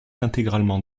intégralement